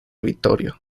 vittorio